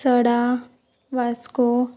Sada Vasco